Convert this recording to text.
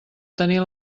tenir